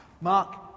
Mark